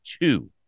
two